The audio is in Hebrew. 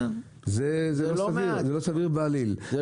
זה לא סביר בעליל.